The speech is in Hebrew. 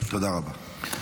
תודה רבה.